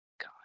God